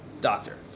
doctor